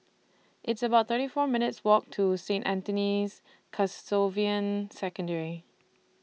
It's about thirty four minutes' Walk to Saint Anthony's Canossian Secondary